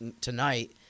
tonight